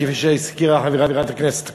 כפי שהזכירה חברת הכנסת הקודמת.